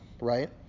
right